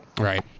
Right